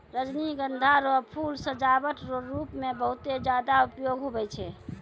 रजनीगंधा रो फूल सजावट रो रूप मे बहुते ज्यादा उपयोग हुवै छै